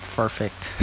perfect